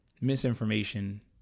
misinformation